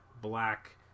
black